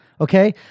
Okay